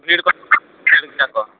ᱵᱷᱤᱲ ᱠᱷᱚᱱ ᱱᱩᱱᱟᱹᱜ ᱮᱲᱮ ᱞᱮᱭᱟᱠᱚ